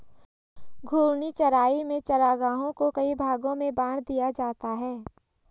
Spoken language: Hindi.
घूर्णी चराई में चरागाहों को कई भागो में बाँट दिया जाता है